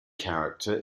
character